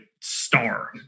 star